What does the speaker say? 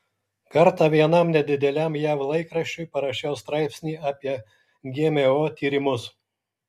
kartą vienam nedideliam jav laikraščiui parašiau straipsnį apie gmo tyrimus